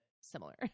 similar